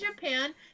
japan